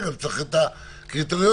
הם היו רוצים שזה יהיה התפקיד